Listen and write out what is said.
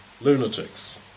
lunatics